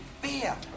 fear